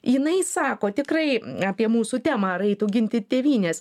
jinai sako tikrai apie mūsų temą ar eitų ginti tėvynės